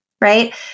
right